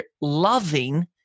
loving